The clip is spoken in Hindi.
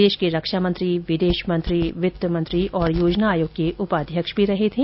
देश के रक्षामंत्री विदेश मंत्री वित्त मंत्री और योजना आयोग के उपाध्यक्ष भी रहे थे